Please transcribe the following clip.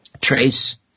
trace